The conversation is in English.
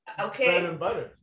okay